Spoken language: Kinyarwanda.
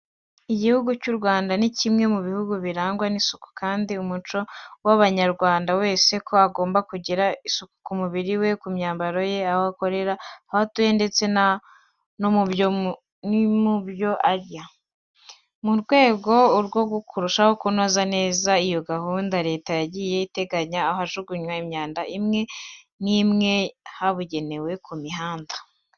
Igihugu cy'u Rwanda ni kimwe mu bihugu birangwa n'isuku kandi ni umuco wa buri munyarwanda wese ko agomba kugira isuku ku mubiri we, ku myambaro ye, aho akorera, aho atuye ndetse no mu byo arya. Mu rwego rwo kurushaho kunoza neza iyo gahunda Leta yagiye iteganya aho kujugunya imyanda imwe n'imwe habugenewe ku mihanda.